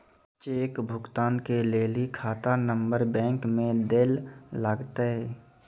cheque भुगतान के लेली खाता नंबर बैंक मे दैल लागतै